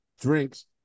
drinks